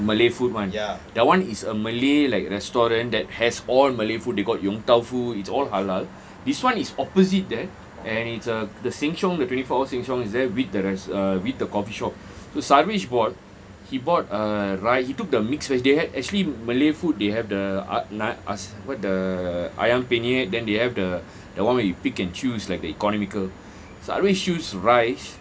malay food [one] that one is a malay like restaurant that has all malay food they got yong tau foo it's all halal this one is opposite there and it's uh the sheng siong the twenty four hours sheng siong is there with the rest~ err with the coffeeshop so bought he bought uh ri~ he took the mixed rice they had actually malay food they have the a~ what the ayam penyet then they have the the one where you pick and choose like the economical so I always choose rice